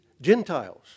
Gentiles